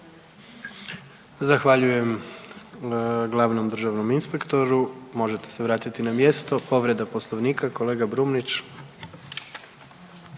Zahvaljujem glavnom državnom inspektoru, možete se vratiti na mjesto. Povreda Poslovnika, kolega Brumnić.